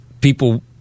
People